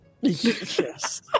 yes